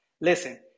Listen